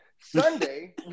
Sunday